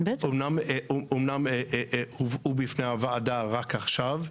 אמנם הובאו בפני הוועדה רק עכשיו.